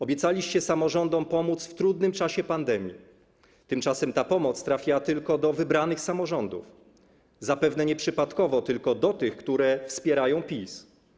Obiecaliście pomóc samorządom w trudnym czasie pandemii, tymczasem ta pomoc trafia tylko do wybranych samorządów, zapewne nieprzypadkowo tylko do tych, które wspierają PiS.